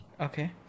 okay